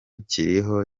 kiriho